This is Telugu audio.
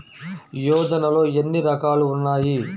యోజనలో ఏన్ని రకాలు ఉన్నాయి?